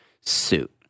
suit